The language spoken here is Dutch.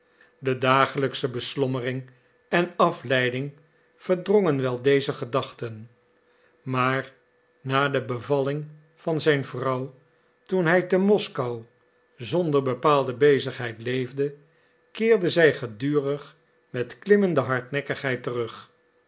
de dagelijksche beslommering en afleiding verdrongen wel deze gedachten maar na de bevalling van zijn vrouw toen hij te moskou zonder bepaalde bezigheid leefde keerden zij gedurig met klimmende hardnekkigheid terug